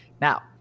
Now